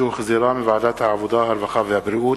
שהחזירה ועדת העבודה, הרווחה והבריאות,